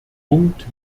punkt